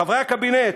חברי הקבינט,